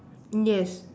yes